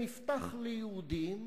והוא נפתח ליהודים,